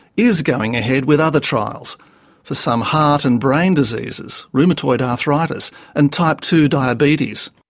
is going ahead with other trials for some heart and brain diseases, rheumatoid arthritis and type two diabetes.